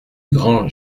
grand